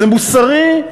זה מוסרי?